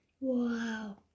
Wow